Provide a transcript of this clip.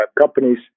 companies